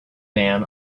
man